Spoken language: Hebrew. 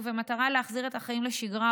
ובמטרה להחזיר את החיים לשגרה,